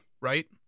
right